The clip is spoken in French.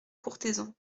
courthézon